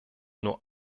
nur